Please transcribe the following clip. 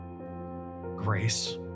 grace